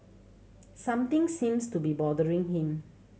something seems to be bothering him